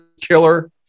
killer